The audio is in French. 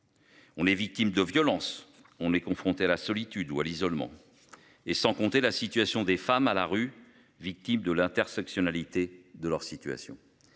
On est victime de violence, on est confronté à la solitude ou à l'isolement et sans compter la situation des femmes à la rue, victime de l'intersectionnalité de leur situation.